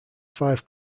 five